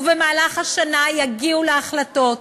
ובמהלך השנה יגיעו להחלטות.